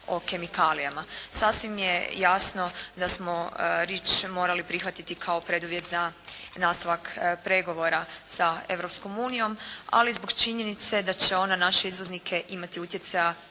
o kemikalijama. Sasvim je jasno da smo REACH morali prihvatiti kao preduvjet za nastavak pregovora sa Europskom unijom, ali zbog činjenice da će on na naše izvoznike imati utjecaja